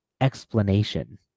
explanation